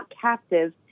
captive